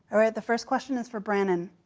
all right. the first question is for brannon.